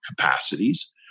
capacities